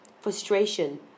frustration